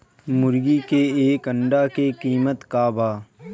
मुर्गी के एक अंडा के कीमत का बा?